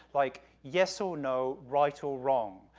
like, yes or no, right or wrong,